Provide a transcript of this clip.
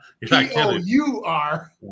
P-O-U-R